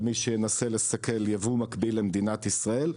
מי שינסה לסקל ייבוא מקביל למדינת ישראל.